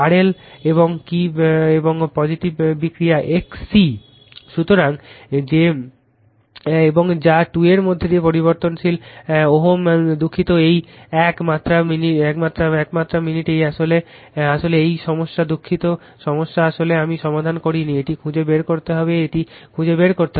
RL এবং কি কল এবং একটি ক্যাপাসিটিভ বিক্রিয়া XC সুতরাং যে কল এবং যা 2 এর মধ্যে পরিবর্তনশীল Ω দুঃখিত এই এক মাত্র এক মিনিট এই এক আসলে এই সমস্যা দুঃখিত এই সমস্যা আসলে আমি সমাধান করিনি এটি খুঁজে বের করতে হবে এটি খুঁজে বের করতে হবে